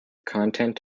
content